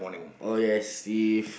oh yes if